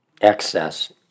excess